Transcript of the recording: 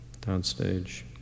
downstage